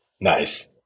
Nice